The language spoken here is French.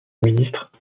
ministre